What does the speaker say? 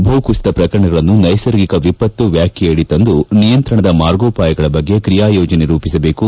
ಭೂಕುಸಿತ ಪ್ರಕರಣಗಳನ್ನು ನೈಸರ್ಗಿಕ ವಿಪತ್ತು ವ್ಯಾಖ್ಯೆಯಡಿ ತಂದು ನಿಯಂತ್ರಣದ ಮಾರ್ಗೋಪಾಯಗಳ ಬಗ್ಗೆ ತ್ರಿಯಾ ಯೋಜನೆ ರೂಪಿಸಬೇಕು